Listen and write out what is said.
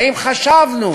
האם חשבנו